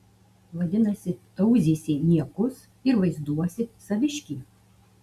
vadinasi tauzysi niekus ir vaizduosi saviškį